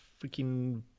freaking